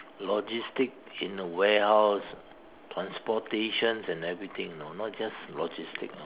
logistic in a warehouse transportation and everything you know not just logistic you know